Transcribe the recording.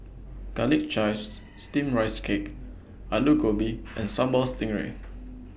Garlic Chives Steamed Rice Cake Aloo Gobi and Sambal Stingray